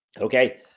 Okay